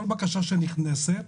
כל בקשה שנכנסת,